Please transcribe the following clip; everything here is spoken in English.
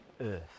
earth